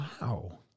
Wow